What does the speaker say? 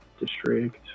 district